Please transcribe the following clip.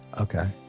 Okay